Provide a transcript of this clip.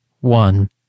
one